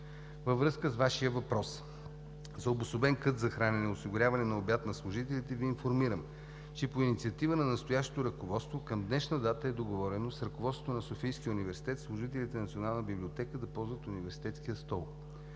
Във връзка с Вашия въпрос за обособен кът за хранене и осигуряване на обяд на служителите Ви информирам, че по инициатива на настоящото ръководство към днешна дата е договорено с ръководството на Софийския университет служителите на Националната библиотека да ползват университетския стол.